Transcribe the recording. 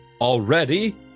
Already